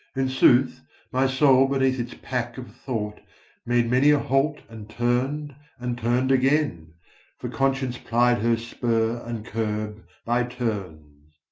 in sooth my soul beneath its pack of thought made many a halt and turned and turned again for conscience plied her spur and curb by turns.